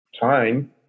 time